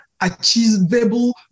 achievable